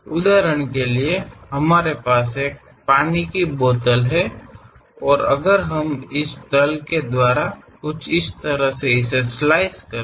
उदाहरण के लिए हमारे पास एक पानी की बोतल है और अगर हम इस तल के द्वारा कुछ इस तरह इसे स्लाइस करें